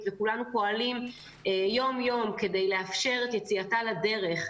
וכולנו פועלים יום-יום כדי לאפשר את יציאתה לדרך,